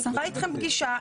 אני אקבע אתכם פגישה,